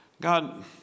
God